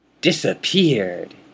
Disappeared